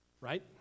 Right